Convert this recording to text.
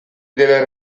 della